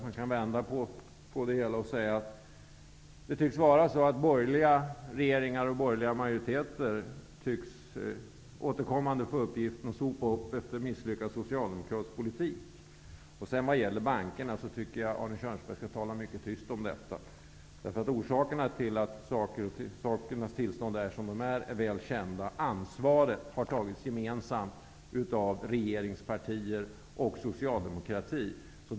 Man kan vända på det hela och säga att det tycks vara så att borgerliga regeringar och majoriteter återkommande tycks få uppgiften att sopa upp efter misslyckad socialdemokratisk politik. Jag tycker att Arne Kjörnsberg skall tala mycket tyst om bankerna. Orsaken till sakernas tillstånd är väl kända, och ansvaret har tagits gemensamt av regeringspartierna och Socialdemokraterna.